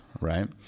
right